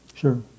Sure